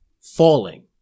falling